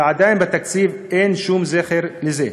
ועדיין בתקציב אין שום זכר לזה.